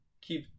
Keep